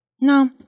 No